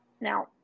Now